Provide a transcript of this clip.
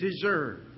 deserve